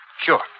Sure